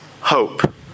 Hope